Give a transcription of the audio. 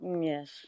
Yes